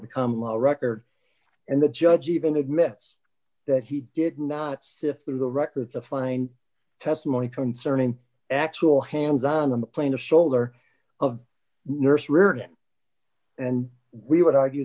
become a record and the judge even admits that he did not sift through the records of find testimony concerning actual hands on the plane the shoulder of nurse reardon and we would argue